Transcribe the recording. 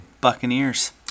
Buccaneers